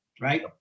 right